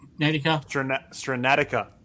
Stranatica